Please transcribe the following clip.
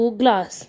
glass